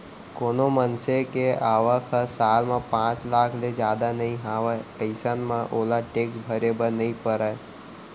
कोनो मनसे के आवक ह साल म पांच लाख ले जादा नइ हावय अइसन म ओला टेक्स भरे बर नइ परय